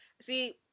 See